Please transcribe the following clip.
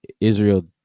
Israel